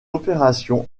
opération